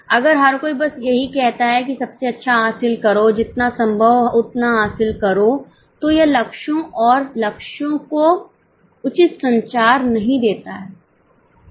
अगर हर कोई बस यही कहता है कि सबसे अच्छा हासिल करो जितना संभव हो उतना हासिल करो तो यह लक्ष्यों और लक्ष्यों को उचित संचार नहीं देता है